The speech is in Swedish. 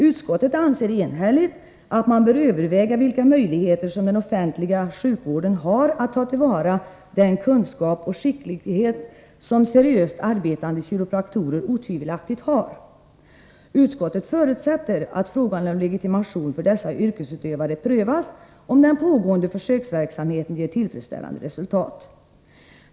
Utskottet anser enhälligt att man bör överväga vilka möjligheter som den offentliga sjukvården har att ta till vara den kunskap och skicklighet som seriöst arbetande kiropraktorer otvivelaktigt har. Utskottet förutsätter att frågan om legitimation för dessa yrkesutövare prövas, om den pågående försöksverksamheten ger tillfredsställande resultat.